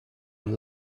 een